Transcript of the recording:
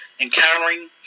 encountering